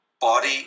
body